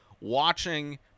watching